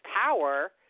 power